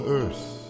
earth